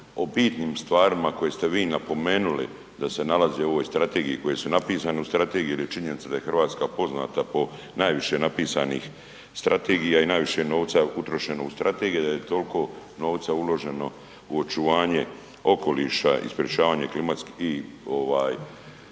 o bitnim stvarima koje svi vi napomenuli da se nalaze u ovoj strategiji i koje su napisane u strategiji, jer je činjenica da je Hrvatska poznata po najviše napisanih strategija i najviše novca je utrošeno u strategije da je toliko novca uloženo u očuvanje okoliša i sprječavanje klimatskih i ovaj